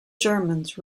germans